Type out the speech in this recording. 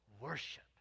worship